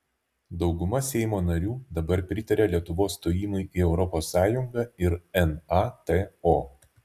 dauguma seimo narių dabar pritaria lietuvos stojimui į europos sąjungą ir nato